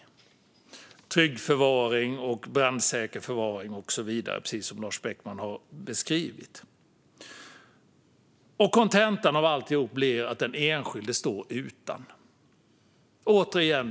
Det ska vara en trygg förvaring, en brandsäker förvaring och så vidare, precis som Lars Beckman har beskrivit. Kontentan av alltihop blir att den enskilde står utan.